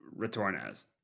Retornas